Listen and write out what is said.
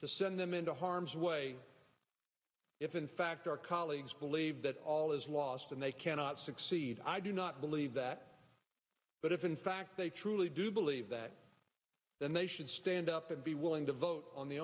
to send them into harm's way if in fact our colleagues believe that all is lost and they cannot succeed i do not believe that but if in fact they truly do believe that then they should stand up and be willing to vote on the